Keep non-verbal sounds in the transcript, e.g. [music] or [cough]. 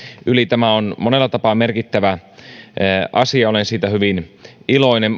yli tämä on monella tapaa merkittävä asia olen siitä hyvin iloinen [unintelligible]